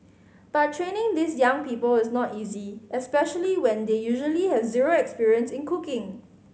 but training these young people is not easy especially when they usually have zero experience in cooking